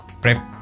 prep